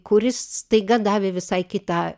kuris staiga davė visai kitą